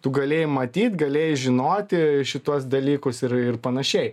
tu galėjai matyt galėjai žinoti šituos dalykus ir ir panašiai